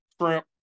shrimp